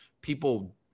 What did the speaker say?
people